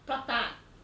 prata ah